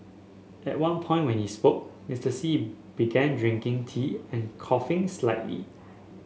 at one point when he spoke Mister Xi began drinking tea and coughing slightly